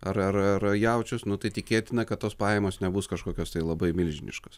ar ar ar ar jaučius nu tai tikėtina kad tos pajamos nebus kažkokios tai labai milžiniškos